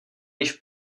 již